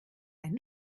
einen